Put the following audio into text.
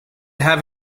have